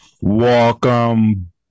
Welcome